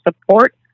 support